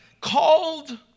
called